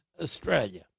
Australia